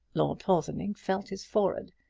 lord porthoning felt his forehead.